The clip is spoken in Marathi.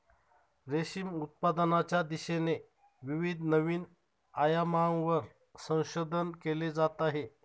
रेशीम उत्पादनाच्या दिशेने विविध नवीन आयामांवर संशोधन केले जात आहे